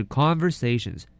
conversations